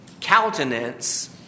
countenance